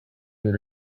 and